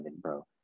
bro